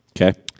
Okay